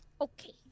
Okay